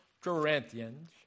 Corinthians